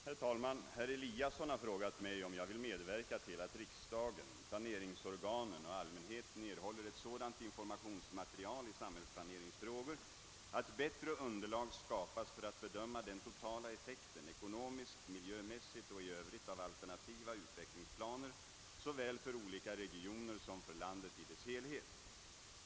Herr talman! Herr Eliasson i Sund born har frågat mig om jag vill medverka till att riksdagen, planeringsorganen och allmänheten erhåller ett sådant informationsmaterial i samhällsplaneringsfrågor att bättre underlag skapas för att bedöma den totala effekten — ekonomiskt, miljömässigt och i övrigt — av alternativa utvecklingsplaner, såväl för olika regioner som för landet i dess helhet.